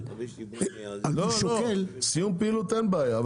לא, סיום פעילות אין בעיה.